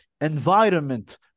environment